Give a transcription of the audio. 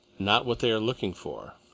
not what they are looking for.